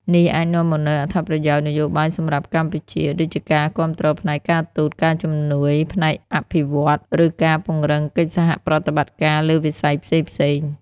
នេះអាចនាំមកនូវអត្ថប្រយោជន៍នយោបាយសម្រាប់កម្ពុជា ដូចជាការគាំទ្រផ្នែកការទូត ការជំនួយផ្នែកអភិវឌ្ឍន៍ ឬការពង្រឹងកិច្ចសហប្រតិបត្តិការលើវិស័យផ្សេងៗ។